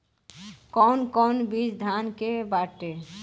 कौन कौन बिज धान के बाटे?